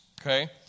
Okay